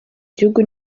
gihugu